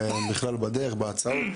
בדרך ובהצעות.